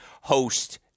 host